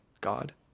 God